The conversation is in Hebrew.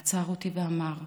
עצר אותי ואמר: